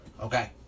okay